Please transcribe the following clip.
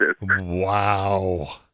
Wow